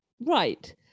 Right